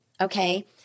Okay